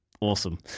Awesome